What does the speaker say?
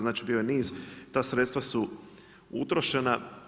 Znači bio je niz, ta sredstva su utrošena.